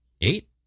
Eight